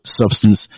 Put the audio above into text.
substance